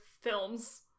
films